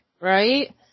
right